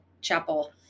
chapel